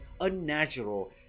unnatural